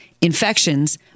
infections